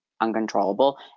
uncontrollable